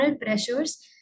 pressures